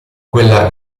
quella